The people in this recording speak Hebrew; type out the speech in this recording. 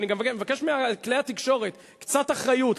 וגם מבקש מכלי התקשורת: קצת אחריות,